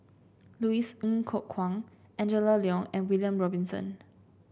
Louis Ng Kok Kwang Angela Liong and William Robinson